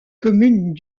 commune